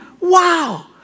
Wow